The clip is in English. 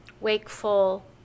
wakeful